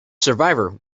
survivor